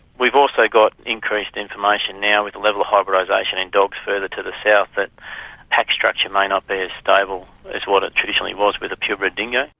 we've also got increased information now with the level of hybridisation in dogs further to the south that pack structure may not be as stable as what it traditionally was with the purebred dingo.